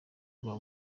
rwa